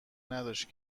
نداشته